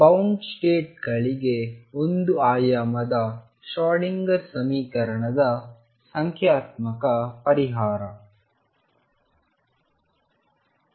bound state ಗಳಿಗೆ ಒಂದು ಆಯಾಮದ ಶ್ರೋಡಿಂಗರ್ ಸಮೀಕರಣದ ಸಂಖ್ಯಾತ್ಮಕ ಪರಿಹಾರ I